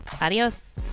adios